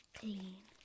clean